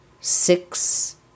six